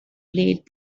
blade